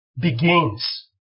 begins